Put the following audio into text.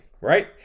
right